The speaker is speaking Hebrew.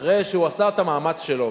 אחרי שהוא עשה את המאמץ שלו,